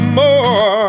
more